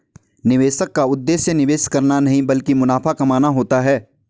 निवेशक का उद्देश्य निवेश करना नहीं ब्लकि मुनाफा कमाना होता है